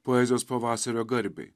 poezijos pavasario garbei